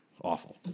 Awful